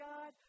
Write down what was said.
God